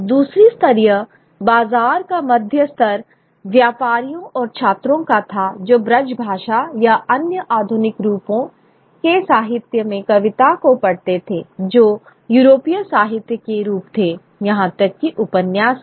दूसरा स्तरीय बाजार का मध्य स्तर व्यापारियों और छात्रों का था जो ब्रजभाषा या अन्य आधुनिक रूपों के साहित्य में कविता को पढ़ते थे जो यूरोपीय साहित्य के रूप थे यहां तक कि उपन्यास भी